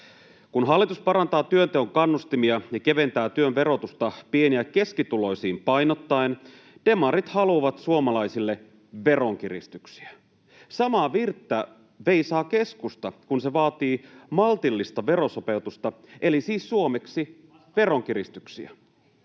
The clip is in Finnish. Kun hallitus parantaa työnteon kannustimia ja keventää työn verotusta pieni- ja keskituloisiin painottaen, demarit haluavat suomalaisille veronkiristyksiä. Samaa virttä veisaa keskusta, kun se vaatii ”maltillista verosopeutusta”, eli siis suomeksi veronkiristyksiä.